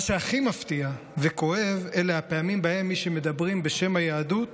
מה שהכי מפתיע וכואב הוא הפעמים שבהן מי שמדברים בשם היהדות